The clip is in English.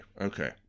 Okay